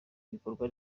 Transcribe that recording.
ibikorwa